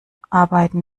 arbeiten